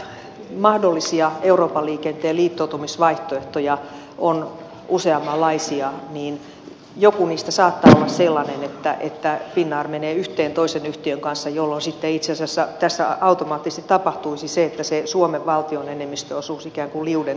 kun näitä mahdollisia euroopan liikenteen liittoutumisvaihtoehtoja on useammanlaisia niin joku niistä saattaa olla sellainen että finnair menee yhteen toisen yhtiön kanssa jolloin sitten itse asiassa tässä automaattisesti tapahtuisi se että se suomen valtion enemmistöosuus ikään kuin liudentuisi